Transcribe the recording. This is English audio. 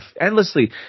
endlessly